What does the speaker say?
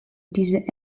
diese